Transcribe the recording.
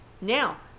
Now